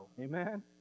Amen